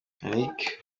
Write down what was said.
yannick